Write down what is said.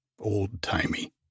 old-timey